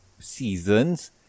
seasons